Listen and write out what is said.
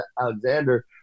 Alexander